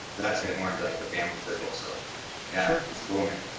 that's a bit more into like the family circle, so yeah it's cool, man.